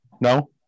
No